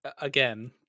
again